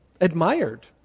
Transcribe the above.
admired